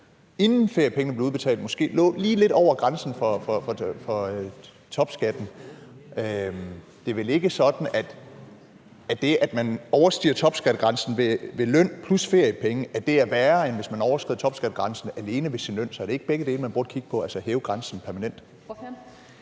inden feriepengene blev udbetalt, måske lå lige lidt over grænsen for topskatten. Det er vel ikke sådan, at det, at man overstiger topskattegrænsen ved løn plus feriepenge, er værre, end hvis man overskrider topskattegrænsen alene ved sin løn. Så er det ikke begge dele, man burde kigge på – altså at hæve grænsen permanent?